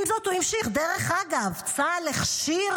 עם זאת, הוא המשיך: דרך אגב, צה"ל הכשיר,